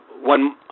one